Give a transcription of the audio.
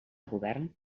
govern